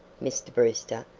mr. brewster,